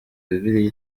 bibiliya